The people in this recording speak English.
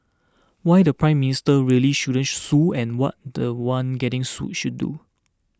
why the Prime Minister really shouldn't sue and what the one getting sued should do